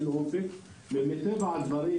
מטבע הדברים